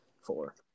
four